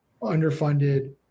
underfunded